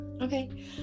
Okay